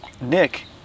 nick